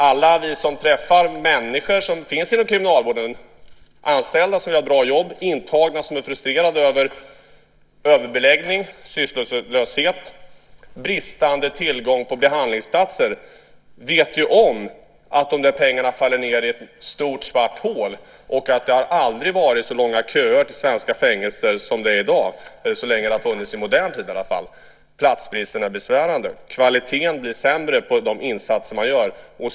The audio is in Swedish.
Alla vi som träffar de människor som finns inom kriminalvården - anställda som vill göra ett bra jobb, intagna som är frustrerade över överbeläggning, sysslolöshet och bristande tillgång på behandlingsplatser - vet ju att de där pengarna faller ned i ett stort svart hål och att det aldrig i modern tid har varit så långa köer till svenska fängelser som det är i dag. Platsbristen är besvärande. Kvaliteten blir sämre på de insatser som görs.